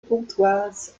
pontoise